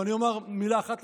אני אומר מילה אחת לסיום.